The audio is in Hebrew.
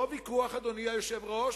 אותו ויכוח, אדוני היושב-ראש,